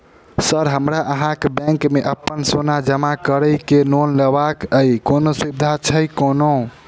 Sir हमरा अहाँक bank मे अप्पन सोना जमा करि केँ लोन लेबाक अई कोनो सुविधा छैय कोनो?